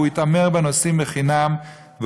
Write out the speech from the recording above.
הוא התעמר בנוסעים לחינם,